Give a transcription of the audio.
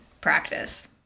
practice